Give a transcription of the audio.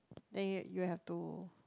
then you you have to